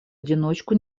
одиночку